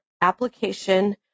application